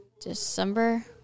December